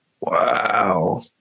Wow